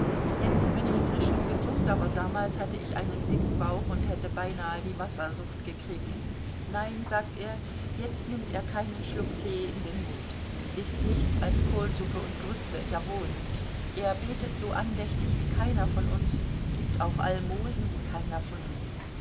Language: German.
jetzt bin ich frisch und gesund aber damals hatte ich einen dicken bauch und hätte beinahe die wassersucht gekriegt nein sagt er jetzt nimmt er keinen schluck tee in den mund ißt nichts als kohlsuppe und grütze jawohl er betet so andächtig wie keiner von uns gibt auch almosen wie keiner von uns